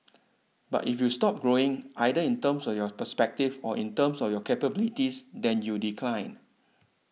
but if you stop growing either in terms of your perspective or in terms of your capabilities then you decline